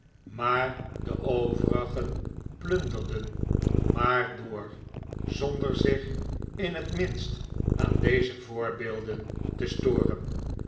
maar de overigen plunderden maar door zonder zich in t minst aan deze voorbeelden te storen